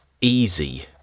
easy